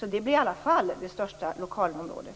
Det blir i alla fall det största lokalområdet.